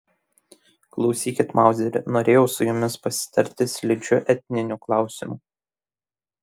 klausykit mauzeri norėjau su jumis pasitarti slidžiu etniniu klausimu